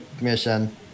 mission